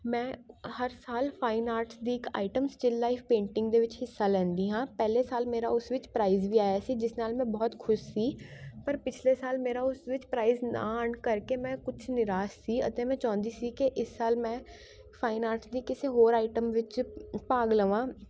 ਮੈਂ ਹਰ ਸਾਲ ਫਾਈਨ ਆਰਟਸ ਦੀ ਇੱਕ ਆਈਟਮ ਸਟਿੱਲ ਲਾਈਫ ਪੇਂਟਿੰਗ ਦੇ ਵਿੱਚ ਹਿੱਸਾ ਲੈਂਦੀ ਹਾਂ ਪਹਿਲੇ ਸਾਲ ਮੇਰਾ ਉਸ ਵਿੱਚ ਪ੍ਰਾਈਜ਼ ਵੀ ਆਇਆ ਸੀ ਜਿਸ ਨਾਲ ਮੈਂ ਬਹੁਤ ਖੁਸ਼ ਸੀ ਪਰ ਪਿਛਲੇ ਸਾਲ ਮੇਰਾ ਉਸ ਵਿੱਚ ਪ੍ਰਾਈਜ਼ ਨਾ ਆਣ ਕਰਕੇ ਮੈਂ ਕੁਛ ਨਿਰਾਸ਼ ਸੀ ਅਤੇ ਮੈਂ ਚਾਹੁੰਦੀ ਸੀ ਕਿ ਇਸ ਸਾਲ ਮੈਂ ਫਾਈਨ ਆਰਟਸ ਦੀ ਕਿਸੇ ਹੋਰ ਆਈਟਮ ਵਿੱਚ ਭਾਗ ਲਵਾਂ